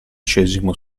xiv